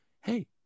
Hey